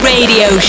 Radio